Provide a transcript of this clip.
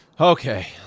Okay